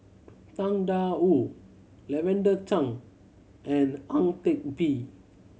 Tang Da Wu Lavender Chang and Ang Teck Bee